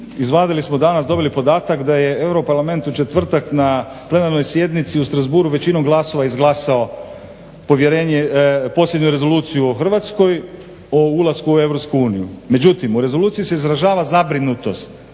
izvadili smo danas, dobili podatak da je euro parlament u četvrtak na plenarnoj sjednici u Strasbourghu većinom glasova izglasao povjerenje posljednju rezoluciju u Hrvatskoj, o ulasku u EU. Međutim u rezoluciji se izražava zabrinutost